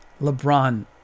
LeBron